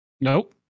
Nope